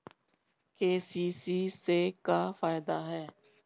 KCC से का फायदा ह?